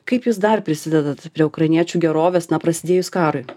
kaip jūs dar prisidedat prie ukrainiečių gerovės na prasidėjus karui